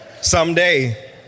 someday